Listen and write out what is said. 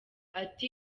ati